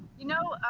you know,